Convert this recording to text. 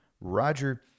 Roger